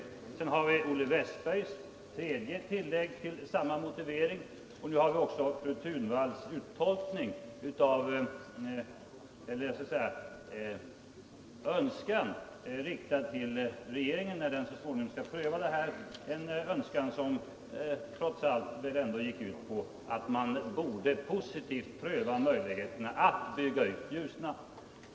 För det fjärde har vi ett tillägg till samma Regional utveckmotivering av herr Westberg i Ljusdal, och nu har vi för det femte också ling och hushållning fru Thunvalls önskan, riktad till regeringen när den så småningom skall med mark och vat = pröva ärendet, som gick ut på att man borde positivt pröva möjligheterna ten att bygga ut Ljusnan.